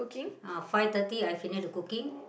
uh five thirty I finish the cooking